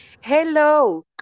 Hello